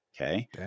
Okay